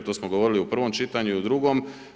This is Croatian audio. To smo govorili u prvom čitanju i u drugom.